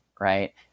right